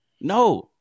No